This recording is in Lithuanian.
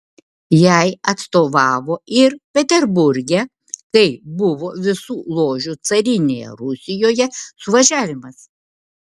jai atstovavo ir peterburge kai buvo visų ložių carinėje rusijoje suvažiavimas